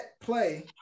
play